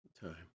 time